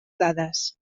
dades